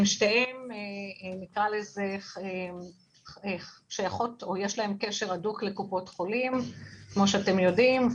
שתיהן שייכות או שיש להן קשר הדוק לקופות חולים כמו שאתם יודעים,